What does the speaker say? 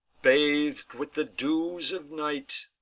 bathed with the dews of night,